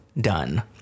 Done